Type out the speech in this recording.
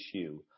issue